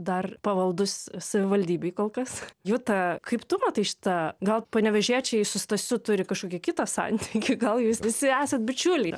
dar pavaldus savivaldybei kol kas juta kaip tu matai šitą gal panevėžiečiai su stasiu turi kažkokį kitą santykį gal jūs visi esat bičiuliai